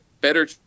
Better